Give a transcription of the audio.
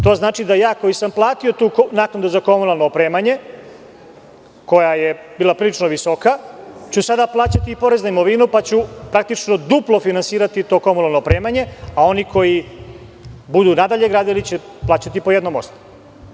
To znači, da ja koji sam platio tu naknadu za komunalno opremanje, koja je bila prilično visoka, ću sada plaćati i porez na imovinu, pa ću praktično duplo finansirati to komunalno opremanje, a oni koji budu nadalje gradili, plaćati po jednom osnovu.